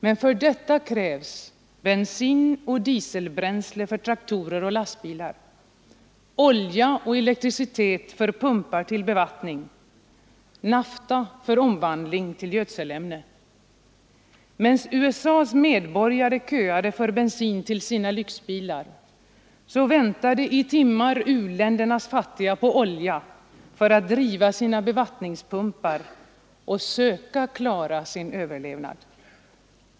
Men för detta krävs bensin och dieselbränsle för traktorer och lastbilar, olja och elektricitet för pumpar till bevattning, nafta för omvandling till gödselämne. Medan USA:s medborgare köade för bensin till sina lyxbilar väntade i timmar u-ländernas fattiga på olja för att driva sina bevattningspumpar och söka klara sin överlevnad.